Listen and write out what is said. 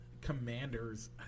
commanders